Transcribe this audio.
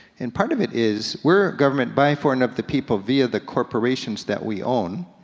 and part of it is, we're government by, for, and of the people via the corporations that we own,